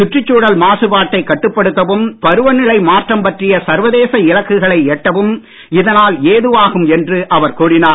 சுற்றுச் சூழல் மாசுபாட்டை கட்டுப்படுத்தவும் பருவநிலை மாற்றம் பற்றிய சர்வதேச இலக்குகளை எட்டவும் இதனால் ஏதுவாகும் என்று அவர் கூறினார்